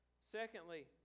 Secondly